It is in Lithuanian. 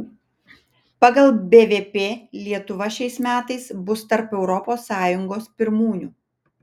pagal bvp lietuva šiais metais bus tarp europos sąjungos pirmūnių